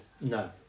No